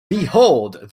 behold